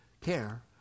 care